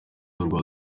urwa